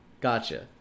gotcha